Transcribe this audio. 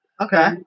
Okay